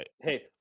Hey